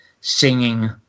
singing